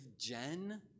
Jen